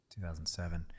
2007